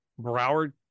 broward